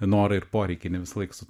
norai ir poreikiai ne visąlaik su